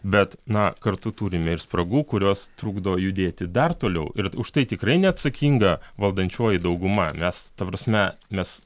bet na kartu turime ir spragų kurios trukdo judėti dar toliau ir už tai tikrai neatsakinga valdančioji dauguma mes ta prasme mes